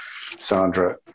sandra